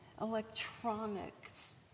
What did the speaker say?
electronics